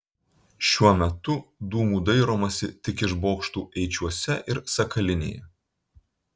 šiuo metu dūmų dairomasi tik iš bokštų eičiuose ir sakalinėje